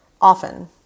often